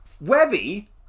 Webby